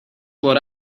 what